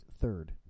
third